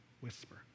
whisper